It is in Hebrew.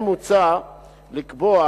כן מוצע לקבוע